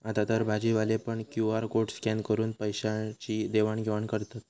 आतातर भाजीवाले पण क्यु.आर कोड स्कॅन करून पैशाची देवाण घेवाण करतत